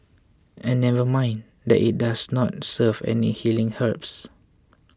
and never mind that it does not serve any healing herbs